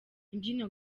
imbyino